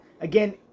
again